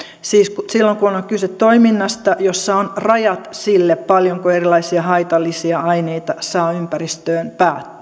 siis silloin kun on on kyse toiminnasta jossa on rajat sille paljonko erilaisia haitallisia aineita saa ympäristöön